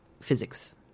physics